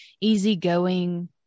easygoing